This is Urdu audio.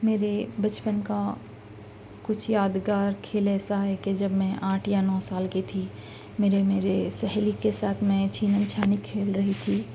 میرے بچپن کا کچھ یادگار کھیل ایسا ہے کہ جب میں آٹھ یا نو سال کی تھی میرے میرے سہیلی کے ساتھ میں چھینن چھانی کھیل رہی تھی